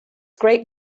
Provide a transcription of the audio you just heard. great